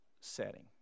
setting